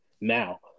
now